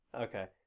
Okay